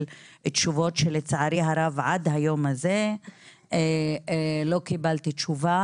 תשובות שלצערי הרב עד היום הזה לא קיבלתי תשובה.